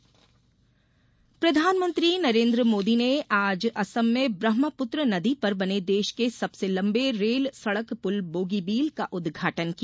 प्रधानमंत्री प्रधानमंत्री नरेन्द्र मोदी ने आज असम में ब्रह्मपुत्र नदी पर बने देश के सबसे लम्बे रेल सड़क पुल बोगीबील का उद्घाटन किया